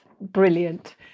brilliant